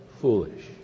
foolish